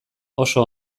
oso